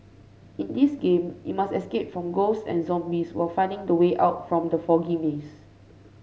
in this game you must escape from ghosts and zombies while finding the way out from the foggy maze